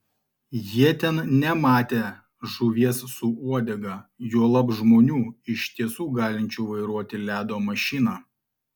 jie ten nematę žuvies su uodega juolab žmonių iš tiesų galinčių vairuoti ledo mašiną